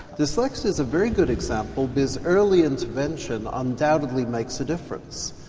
dyslexia is a very good example, because early intervention undoubtedly makes a difference.